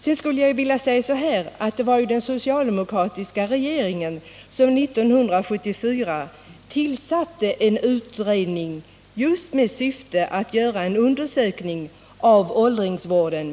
Sedan skulle jag vilja säga att det var den socialdemokratiska regeringen som 1974 tillsatte en utredning just med syfte att undersöka bl.a. åldringsvården.